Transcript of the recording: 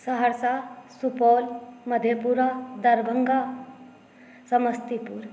Saharsa Supaul Madhepura Darbhanga Samastipur